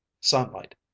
sunlight